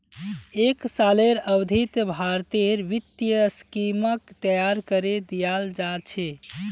एक सालेर अवधित भारतेर वित्तीय स्कीमक तैयार करे दियाल जा छे